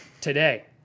Today